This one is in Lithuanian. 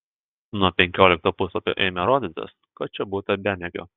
nuo penkiolikto puslapio ėmė rodytis kad čia būta bemiegio